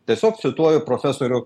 tiesiog cituoju profesorių